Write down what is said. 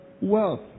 wealth